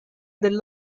del